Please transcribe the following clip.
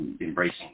embracing